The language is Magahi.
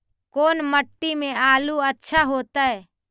कोन मट्टी में आलु अच्छा होतै?